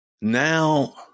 Now